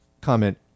Comment